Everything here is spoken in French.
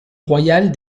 royale